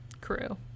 crew